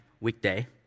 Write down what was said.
weekday